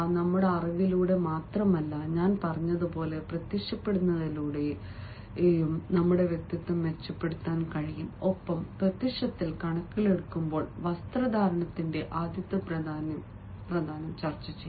നമ്മുടെ അറിവിലൂടെ മാത്രമല്ല ഞാൻ പറഞ്ഞതുപോലെ പ്രത്യക്ഷപ്പെടുന്നതിലൂടെയും നമ്മുടെ വ്യക്തിത്വം മെച്ചപ്പെടുത്താൻ കഴിയും ഒപ്പം പ്രത്യക്ഷത്തിൽ കണക്കിലെടുക്കുമ്പോൾ വസ്ത്രധാരണത്തിന്റെ ആദ്യത്തെ പ്രാധാന്യം ചർച്ചചെയ്യാം